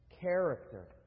character